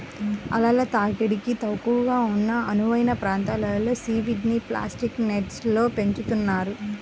అలల తాకిడి తక్కువగా ఉన్న అనువైన ప్రాంతంలో సీవీడ్ని ప్లాస్టిక్ నెట్స్లో పెంచుతున్నారు